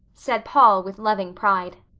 said paul with loving pride.